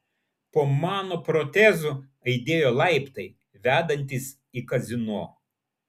po mano protezu aidėjo laiptai vedantys į kazino